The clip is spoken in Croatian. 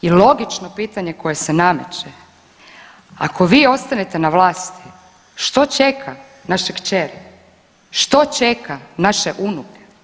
I logično pitanje koje se nameće, ako vi ostanete na vlasti što čeka naše kćeri, što čeka naše unuke?